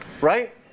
right